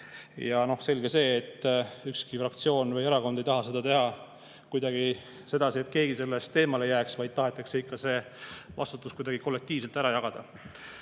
Ja selge see, et ükski fraktsioon või erakond ei taha seda teha kuidagi sedasi, et keegi sellest eemale jääks, vaid tahetakse ikka vastutus kuidagi kollektiivselt ära jagada.